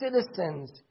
citizens